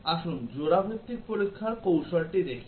আসুন জোড়া ভিত্তিক পরীক্ষার কৌশলটি দেখি